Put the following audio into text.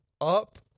up